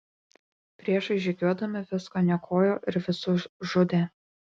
priešai žygiuodami viską niokojo ir visus žudė